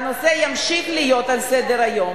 והנושא ימשיך להיות על סדר-היום,